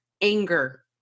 anger